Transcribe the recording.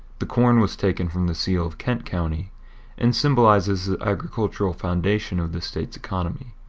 the corn was taken from the seal of kent county and symbolizes the agricultural foundation of the state's economy.